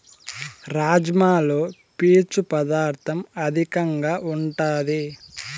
రాజ్మాలో పీచు పదార్ధం అధికంగా ఉంటాది